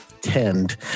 tend